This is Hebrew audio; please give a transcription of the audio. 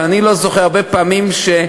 אבל אני לא זוכר הרבה פעמים שממשלה,